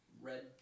Red